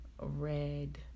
red